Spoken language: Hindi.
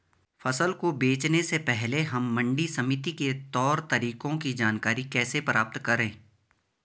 फसल को बेचने से पहले हम मंडी समिति के तौर तरीकों की जानकारी कैसे प्राप्त करें?